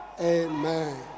Amen